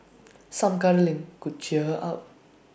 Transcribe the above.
some cuddling could cheer her up